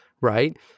right